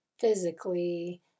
physically